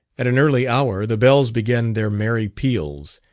at an early hour the bells began their merry peals,